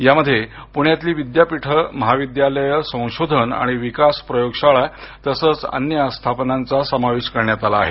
यामध्ये पुण्यातील विद्यापीठं महाविद्यालयं संशोधन आणि विकास प्रयोगशाळा तसंच अन्य आस्थापनांचा समावेश करण्यात आला आहे